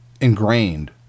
ingrained